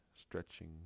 stretching